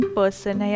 person